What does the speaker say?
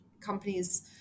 companies